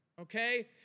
okay